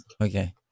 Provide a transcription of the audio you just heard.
Okay